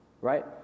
Right